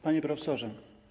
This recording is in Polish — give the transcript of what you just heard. Panie Profesorze!